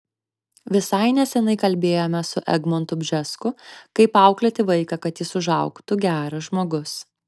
visai neseniai kalbėjome su egmontu bžesku kaip auklėti vaiką kad jis užaugtų geras žmogus